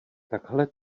takhle